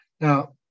Now